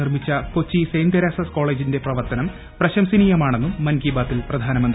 നിർമ്മിച്ച Kochi saint Teresa's കോളേജിന്റെ പ്രവർത്തനം പ്രശംസിന്റ്റീയമാണെന്നും മൻ കി ബാതിൽ പ്രധാനമുന്തി